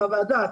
עם הוועדה,